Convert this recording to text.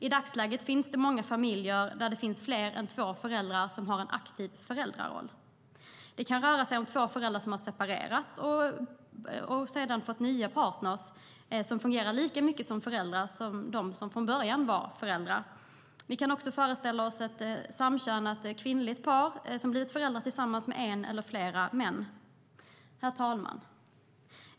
I dagsläget finns många familjer där fler än två föräldrar har en aktiv föräldraroll. Det kan röra sig om två föräldrar som separerat och fått nya partner vilka fungerar lika mycket som föräldrar som de som från början var barnets föräldrar. Vi kan också föreställa oss ett samkönat kvinnligt par som blivit föräldrar tillsammans med en eller flera män. Herr talman!